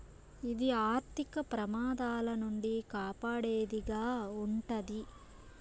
ఇది ఆర్థిక ప్రమాదాల నుండి కాపాడేది గా ఉంటది